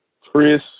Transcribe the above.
Chris